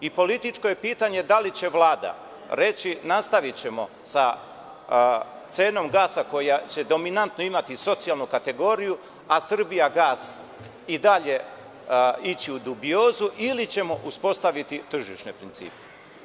Političko je pitanje – da li će Vlada reći nastavićemo sa cenom gasa koja će dominantno imati socijalnu kategoriju a „Srbijagas“ i dalje ići u dubiozu ili ćemo uspostaviti tržišne principe.